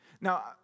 Now